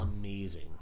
amazing